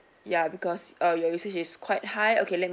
ya because err your usage is quite high okay let me